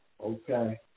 okay